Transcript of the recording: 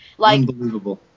Unbelievable